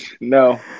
No